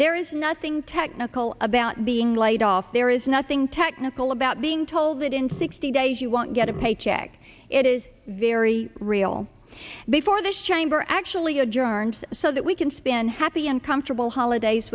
there is nothing technical about being laid off there is nothing technical about being told that in sixty days you won't get a paycheck it is very real before this chamber actually adjourned so that we can spin happy and comfortable holidays